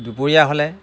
দুপৰীয়া হ'লে